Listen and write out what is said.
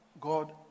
God